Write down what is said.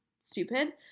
stupid